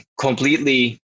completely